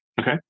Okay